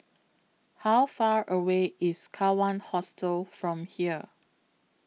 How Far away IS Kawan Hostel from here